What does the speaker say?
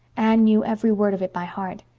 anne knew every word of it by heart.